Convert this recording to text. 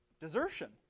Desertion